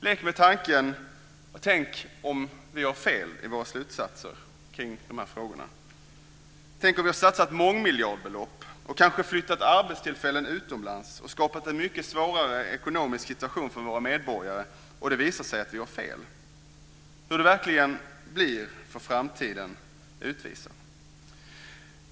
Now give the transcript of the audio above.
Lek med tanken att vi har fel. Tänk om vi har satsat mångmiljardbelopp, flyttat arbetstillfällen utomlands och skapat en mycket svårare ekonomisk situation för våra medborgare och det visar sig att vi har fel. Hur det verkligen blir får framtiden utvisa.